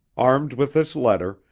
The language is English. armed with this letter,